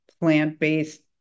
plant-based